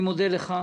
אני מודה לך,